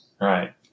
Right